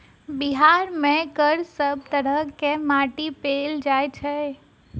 बिहार मे कऽ सब तरहक माटि पैल जाय छै?